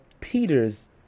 Peter's